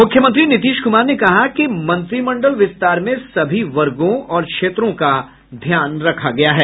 मुख्यमंत्री नीतीश कुमार ने कहा कि मंत्रिमंडल विस्तार में सभी वर्गों और क्षेत्रों का ध्यान में रखा गया है